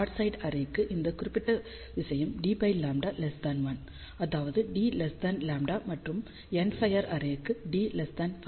broadside array க்கு இந்த குறிப்பிட்ட விஷயம் dλ 1 அதாவது dλ மற்றும் எண்ட்ஃபயர் அரே க்கு dλ2